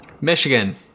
Michigan